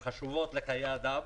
הן חשובות לחיי אדם,